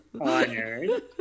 honored